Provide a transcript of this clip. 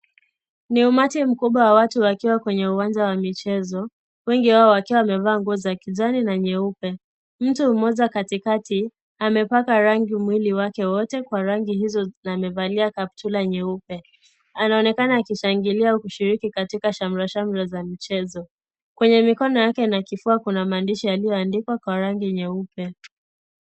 Ni umati mkubwa wa watu ukiwa kwenye uwanja wa michezo, wengi wao wakiwa wamevaa nguo za kijani na nyeupe mtu mmoja katikati amepaka rangi mwili wake wote kwa rangi hizo na amevalia kaptura nyeupe, anaonekana akishangilia kushiriki katika shamrashamra za michezo kwenye mikono yake na kifua kuna maandishi yaliyoandikwa kwa rangi nyeupe.